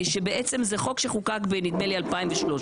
זה חוק שחוקק ב-2013,